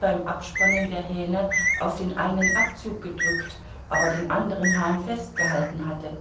beim abspannen der hähne auf den einen abzug gedrückt aber den andern hahn festgehalten hatte